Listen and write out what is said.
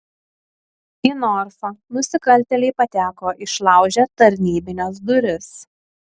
į norfą nusikaltėliai pateko išlaužę tarnybines duris